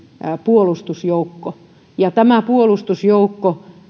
puolustusjoukko ja tämä puolustusjoukko